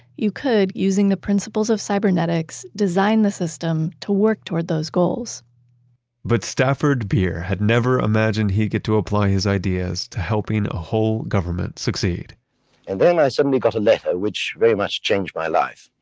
you could using the principles of cybernetics design the system to work toward those goals but stafford beer had never imagined he'd get to apply his ideas to helping a whole government succeed and then i suddenly got a letter, which very much changed my life.